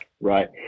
Right